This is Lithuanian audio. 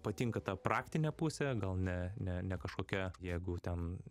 patinka ta praktinė pusė gal ne ne ne kažkokia jeigu ten